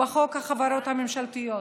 בחוק החברות הממשלתיות,